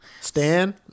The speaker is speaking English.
Stan